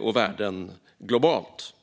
och värden globalt.